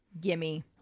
Gimme